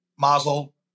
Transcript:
Mazel